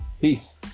Peace